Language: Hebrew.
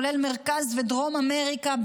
כולל מרכז ודרום אמריקה,